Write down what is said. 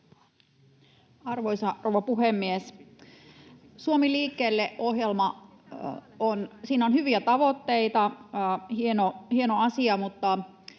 Arvoisa rouva puhemies! Suomi liikkeelle -ohjelmassa on hyviä tavoitteita, se on hieno asia. Mutta